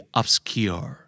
obscure